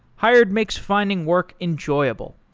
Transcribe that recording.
hired makes finding work enjoyable.